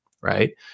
right